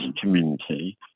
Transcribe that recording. community